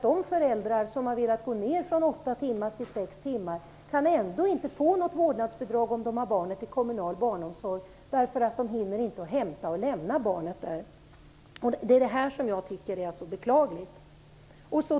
De föräldrar som har velat gå ner från åtta till sex timmar har inte kunnat få något vårdnadsbidrag om de har barnet i kommunal barnomsorg, därför att de inte hinner hämta och lämna barnet. Det är detta jag tycker är så beklagligt.